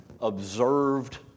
observed